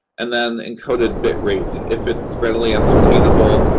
and then encoded bit rate if it's readily ascertainable,